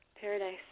Paradise